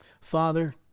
Father